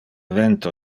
vento